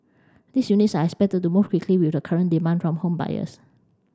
these units are expected to move quickly with the current demand from home buyers